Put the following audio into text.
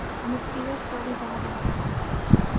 and the fear slowly died out of his face.